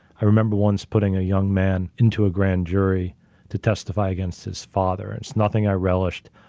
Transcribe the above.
i remember once putting a young man into a grand jury to testify against his father. it's nothing i relished,